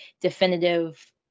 definitive